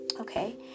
okay